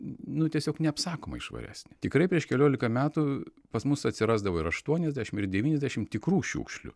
nu tiesiog neapsakomai švaresnė tikrai prieš keliolika metų pas mus atsirasdavo ir aštuoniasdešim ir devyniasdešim tikrų šiukšlių